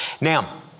now